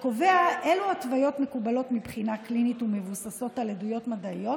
שקובע אילו התוויות מקובלות מבחינה קלינית ומבוססות על עדויות מדעיות,